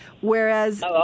whereas